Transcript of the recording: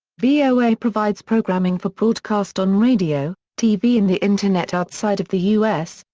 voa provides programming for broadcast on radio, tv and the internet outside of the u s,